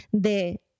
de